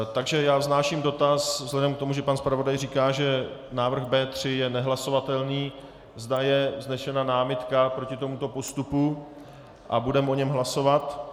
Takže vznáším dotaz vzhledem k tomu, že pan zpravodaj říká, že návrh B3 je nehlasovatelný, zda je vznášena námitka proti tomuto postupu a budeme o něm hlasovat.